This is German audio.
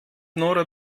nora